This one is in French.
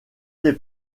des